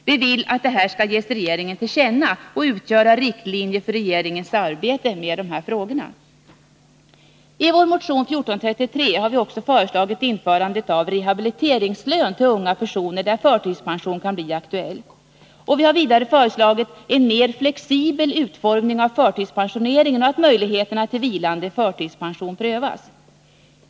Vi vill att detta skall ges regeringen till känna och utgöra riktlinjer för regeringens arbete med de omnämnda frågorna. I vår motion nr 1433 har vi föreslagit införandet av rehabiliteringslön till unga personer för vilka förtidspension kan bli aktuell. Vi har vidare föreslagit en mer flexibel utformning av förtidspensioneringen, och vi har föreslagit att möjligheterna till vilande förtidspension prövas.